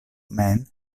mem